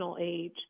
age